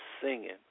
singing